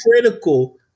critical